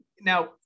Now